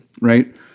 Right